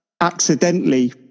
accidentally